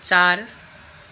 चार